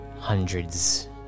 hundreds